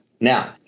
Now